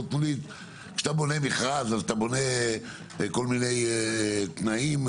כשאתה בונה מכרז, אתה בונה כל מיני תנאים.